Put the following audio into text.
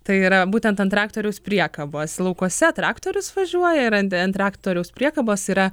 tai yra būtent ant traktoriaus priekabos laukuose traktorius važiuoja ir ant ant traktoriaus priekabos yra